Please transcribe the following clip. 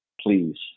Please